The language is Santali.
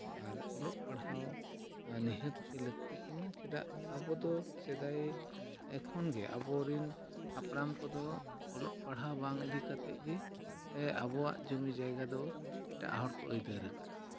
ᱟᱨ ᱚᱞᱚᱜ ᱯᱟᱲᱦᱟᱣ ᱱᱤᱦᱟᱹᱛᱜᱮ ᱞᱟᱹᱠᱛᱤ ᱠᱟᱱᱟ ᱪᱮᱫᱟᱜ ᱟᱵᱚᱫᱚ ᱥᱮᱫᱟᱭ ᱠᱷᱚᱱᱜᱮ ᱟᱵᱚᱨᱮᱱ ᱦᱟᱯᱲᱟᱢ ᱠᱚᱫᱚ ᱚᱞᱚᱜ ᱯᱟᱲᱦᱟᱣ ᱵᱟᱝ ᱤᱫᱤ ᱠᱟᱛᱮᱜᱮ ᱟᱵᱚᱣᱟᱜ ᱡᱩᱢᱤ ᱡᱟᱭᱜᱟ ᱫᱚ ᱮᱴᱟᱜ ᱦᱚᱲ ᱠᱚ ᱟᱹᱭᱫᱟᱹᱨᱟᱠᱟᱜᱼᱟ